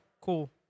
Cool